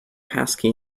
passkey